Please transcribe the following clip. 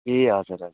ए हजुर हजुर